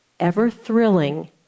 ever-thrilling